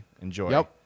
enjoy